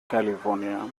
california